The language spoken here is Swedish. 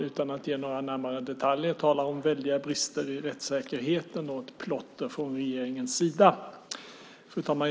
Utan att ge några närmare detaljer talar man om väldiga brister i rättssäkerheten och ett plotter från regeringens sida. Fru talman!